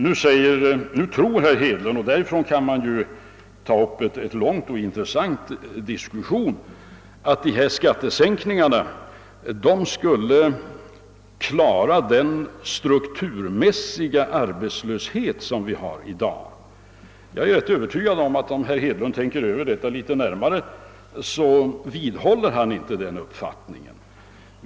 Herr Hedlund tror att skattesänkningarna skulle klara den strukturmässiga arbetslöshet som vi har i dag, och därifrån kan man ju ta upp en lång och intressant diskussion. Jag är helt övertygad om att ifall herr Hedlund tänker över detta litet närmare så vidhåller han inte sin uppfattning.